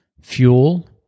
fuel